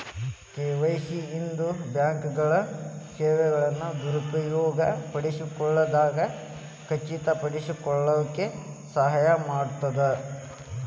KYC ಇಂದ ಬ್ಯಾಂಕ್ಗಳ ಸೇವೆಗಳನ್ನ ದುರುಪಯೋಗ ಪಡಿಸಿಕೊಳ್ಳದಂಗ ಖಚಿತಪಡಿಸಿಕೊಳ್ಳಕ ಸಹಾಯ ಮಾಡ್ತದ